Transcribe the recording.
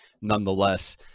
nonetheless